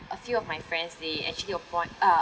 a few of my friends they actually appoint uh